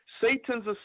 Satan's